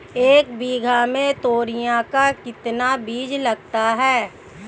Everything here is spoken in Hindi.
एक बीघा में तोरियां का कितना बीज लगता है?